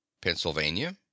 pennsylvania